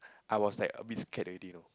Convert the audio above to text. I was like a bit scared already you know